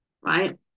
Right